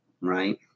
right